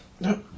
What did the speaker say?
No